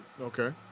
Okay